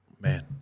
man